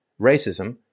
racism